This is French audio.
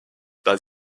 dans